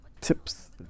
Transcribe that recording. Tips